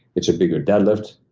it's a bigger deadlift.